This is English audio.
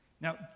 Now